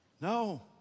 no